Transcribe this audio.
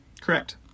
Correct